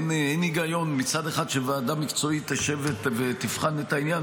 אין היגיון שמצד אחד ועדה מקצועית תשב ותבחן את העניין,